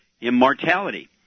immortality